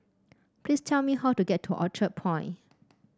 please tell me how to get to Orchard Point